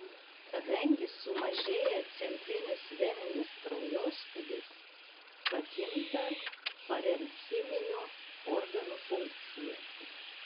kadangi sumažėja centrinis veninis kraujospūdis pakinta parenchiminių organų funkcija